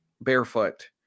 barefoot